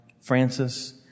Francis